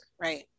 right